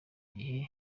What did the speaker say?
gihe